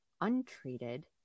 untreated